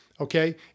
okay